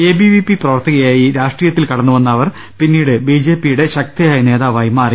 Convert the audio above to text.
A B V P പ്രവർത്തകയായി രാഷ്ട്രീയത്തിൽ കടന്നുവന്ന അവർ പിന്നീട് ബി ജെ പിയുടെ ശക്തയായ നേതാവായി മാറി